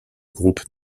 groupe